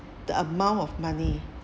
the amount of money